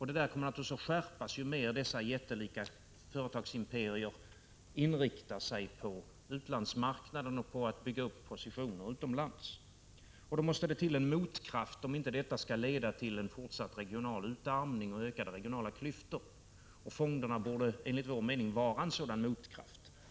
Detta kommer naturligtvis att skärpas ju mer dessa jättelika företagsimperier inriktar sig på utlandsmarknaden och på att bygga positioner utomlands. Det måste till en motkraft om detta inte skall leda till en fortsatt regional utarmning och ökade regionala klyftor. Fonderna borde enligt vpk:s mening vara en sådan motkraft.